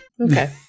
Okay